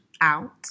out